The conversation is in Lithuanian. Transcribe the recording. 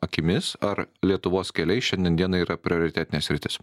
akimis ar lietuvos keliai šiandien dienai yra prioritetinė sritis